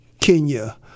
Kenya